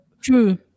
true